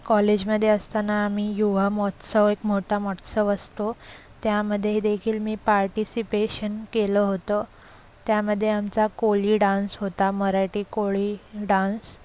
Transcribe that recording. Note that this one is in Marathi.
कॉलेजमध्ये असताना आम्ही युवा महोत्सव एक मोठा महोत्सव असतो त्यामध्ये देखील मी पार्टिसिपेशन केलं होतं त्यामध्ये आमचा कोळी डान्स होता मराठी कोळी डान्स